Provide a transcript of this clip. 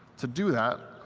to do that,